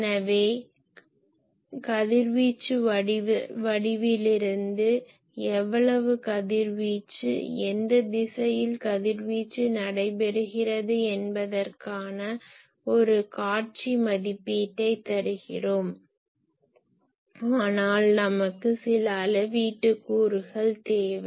எனவே கதிர்வீச்சு வடிவிலிருந்து எவ்வளவு கதிர்வீச்சு எந்த திசையில் கதிர்வீச்சு நடைபெறுகிறது என்பதற்கான ஒரு காட்சி மதிப்பீட்டை தருகிறோம் ஆனால் நமக்குத் சில அளவீட்டு கூறுகள் தேவை